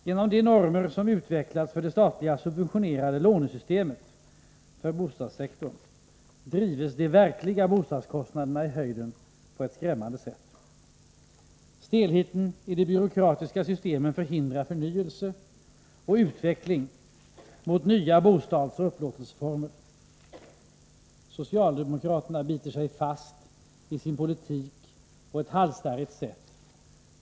Genom de normer som utvecklats för det statligt subventionerade lånesystemet för bostadssektorn drivs de verkliga bostadskostnaderna på ett skrämmande sätt i höjden. Stelheten i de byråkratiska systemen förhindrar förnyelse och utveckling mot nya bostadsoch upplåtelseformer. Socialdemokraterna biter sig fast i sin politik på ett halsstarrigt sätt.